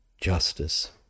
justice